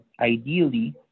ideally